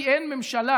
כי אין ממשלה.